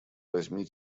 возьми